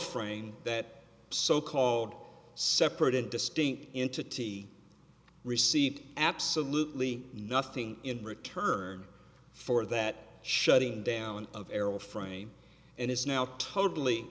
frame that so called separate and distinct entity received absolutely nothing in return for that shutting down of errol frey and is now totally